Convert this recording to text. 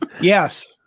yes